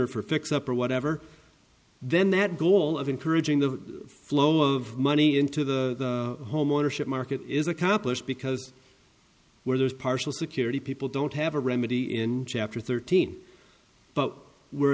or for a fix up or whatever then that goal of encouraging the flow of money into the homeownership market is accomplished because where there's partial security people don't have a remedy in chapter thirteen but where